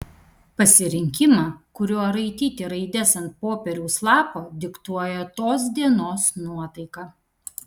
pasirinkimą kuriuo raityti raides ant popieriaus lapo diktuoja tos dienos nuotaika